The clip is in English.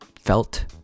felt